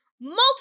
multiple